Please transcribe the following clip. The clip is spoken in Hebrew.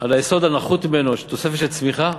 על היסוד הנחות ממנו, תוספת של צמיחה?